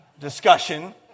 discussion